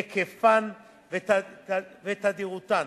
היקפן ותדירותן.